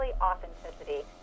authenticity